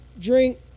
drink